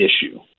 issue